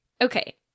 Okay